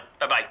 bye-bye